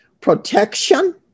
protection